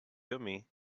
yummy